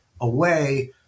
away